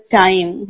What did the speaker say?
time